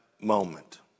moment